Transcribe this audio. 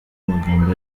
magambo